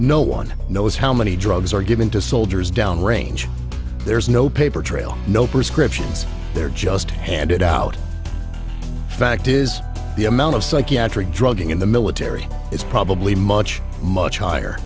no one knows how many drugs are given to soldiers downrange there's no paper trail no prescriptions there just handed out fact is the amount of psychiatric drug in the military is probably much much higher